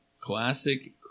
Classic